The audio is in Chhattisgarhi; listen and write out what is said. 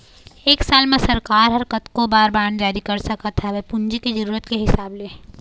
एक साल म सरकार ह कतको बार बांड जारी कर सकत हवय पूंजी के जरुरत के हिसाब ले